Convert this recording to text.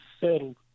settled